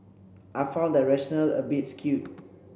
I found that rationale a bit skewed